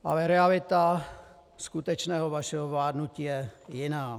Ale realita skutečného vašeho vládnutí je jiná.